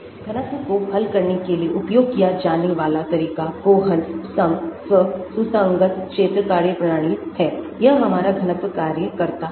घनत्व को हल करने के लिए उपयोग किया जाने वाला तरीका कोहन शम स्व सुसंगत क्षेत्र कार्यप्रणाली है यह हमारा घनत्व कार्य करता है